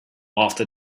after